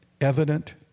evident